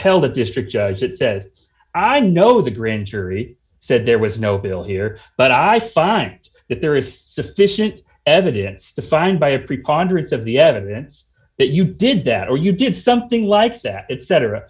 till the district judge that says i know the grand jury said there was no bill here but i find that there is sufficient evidence to find by a preponderance of the evidence that you did that or you did something like that it cetera